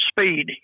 speed